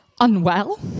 unwell